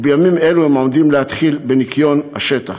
ובימים אלו הם עומדים להתחיל בניקוי השטח.